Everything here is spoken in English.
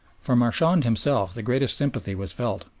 for marchand himself the greatest sympathy was felt.